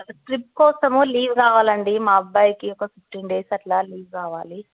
trip కోసం leave కావాలండి మా అబ్బాయికి ఒక ఫిఫ్టీన్ డేస్ అట్లా లీవ్ కావాలి